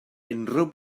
unrhyw